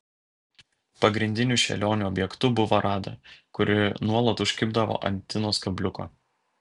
pagrindiniu šėlionių objektu buvo rada kuri nuolat užkibdavo ant tinos kabliuko